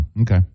okay